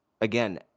Again